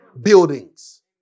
buildings